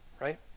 right